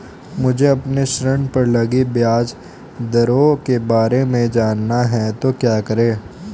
मुझे अपने ऋण पर लगी ब्याज दरों के बारे में जानना है तो क्या करें?